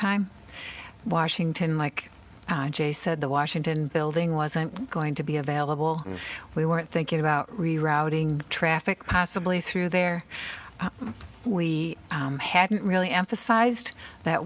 time washington like jay said the washington building wasn't going to be available we weren't thinking about rerouting traffic possibly through there we hadn't really emphasized that